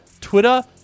Twitter